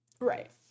Right